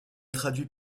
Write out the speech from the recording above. traduit